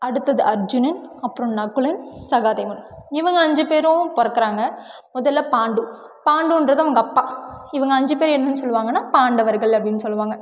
அடுத்தது அர்ஜுனன் அப்புறோம் நகுலன் சகாதேவன் இவங்க அஞ்சு பேரும் பிறக்கறாங்க மொதலில் பாண்டு பாண்டுன்றது அவங்க அப்பா இவங்க அஞ்சு பேரும் என்னென்னு சொல்லுவாங்கன்னால் பாண்டவர்கள் அப்படின்னு சொல்லுவாங்க